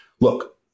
look